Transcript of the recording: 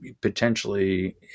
potentially